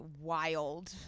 wild